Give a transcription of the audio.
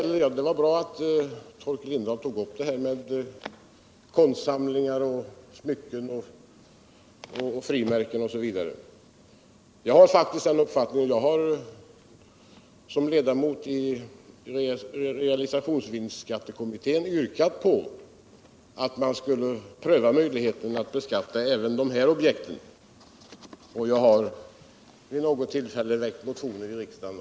Der var bra att Torkel Lindahl tog upp frågan om konstsamlingar, smycken, frimärken osv. Jag har faktiskt som ledamot av realisationsvinstskattekommittén yrkat på att man skulle pröva möjligheten att beskatta även de här objekten. Jag har också vid nåpot tillfälle väckt motioner om detta i riksdagen.